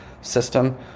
system